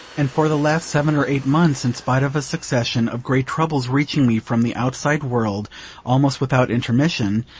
and for the last seven or eight months, in spite of a succession of great troubles reaching me from the outside world almost without intermission,